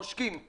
עושקים.